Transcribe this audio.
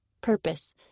Purpose